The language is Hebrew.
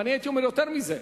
והייתי אומר יותר מזה,